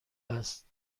است